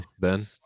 Ben